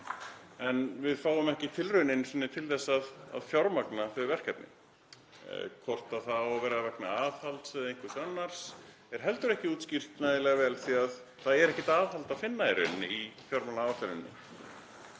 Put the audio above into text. en við fáum ekki tilraun einu sinni til að fjármagna þau verkefni. Hvort það á að vera vegna aðhalds eða einhvers annars er heldur ekki útskýrt nægilega vel því að það er ekkert aðhald að finna í rauninni í fjármálaáætluninni